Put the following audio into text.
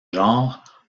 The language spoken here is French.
genre